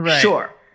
Sure